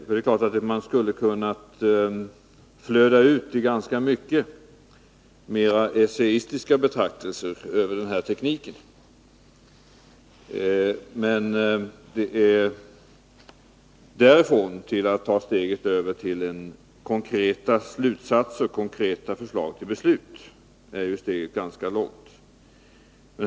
Man skulle självfallet ha kunnat flöda ut ganska mycket i mera essäistiska betraktelser över den här tekniken, men därifrån till att dra konkreta slutsatser och komma fram till konkreta förslag till beslut är steget ganska långt.